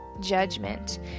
judgment